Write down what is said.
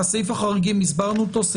החריגים הסברנו אותו.